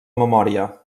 memòria